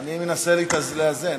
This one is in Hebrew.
אני מנסה לאזן.